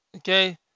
Okay